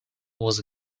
was